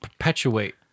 perpetuate